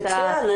מצוין.